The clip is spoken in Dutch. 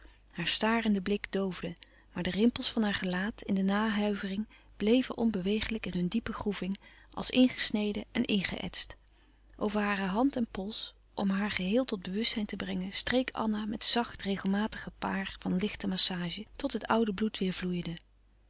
haar starende blik doofde maar de rimpels van haar gelaat in de nahuivering bleven onbewegelijk in hun diepe groeving als ingesneden en ingeëtst over hare hand en pols om haar geheel tot bewustzijn te brengen streek anna met zacht regelmatig gebaar van lichte massage tot het oude bloed weêr vloeide